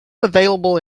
available